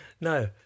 no